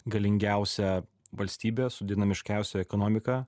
galingiausia valstybe su dinamiškiausia ekonomika